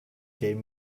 gave